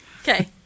Okay